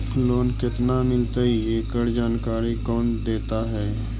Loan केत्ना मिलतई एकड़ जानकारी कौन देता है?